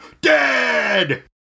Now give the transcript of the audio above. DEAD